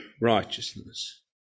righteousness